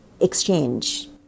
exchange